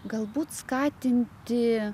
galbūt skatinti